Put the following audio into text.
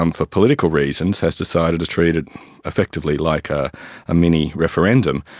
um for political reasons, has decided to treat it effectively like a mini referendum.